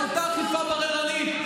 את אותה אכיפה בררנית,